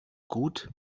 gut